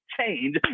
change